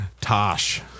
Tosh